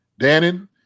Dannon